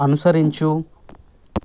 అనుసరించు